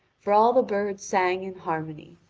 for all the birds sang in harmony,